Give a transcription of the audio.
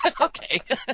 Okay